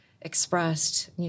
expressed